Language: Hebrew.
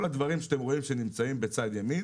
כל הדברים שאתם רואים שנמצאים בצד ימין,